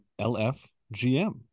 LFGM